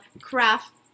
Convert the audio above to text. Craft